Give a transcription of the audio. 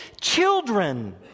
Children